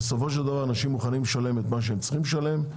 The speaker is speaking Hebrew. בסופו של דבר אנשים מוכנים לשלם את מה שהם צריכים לשלם.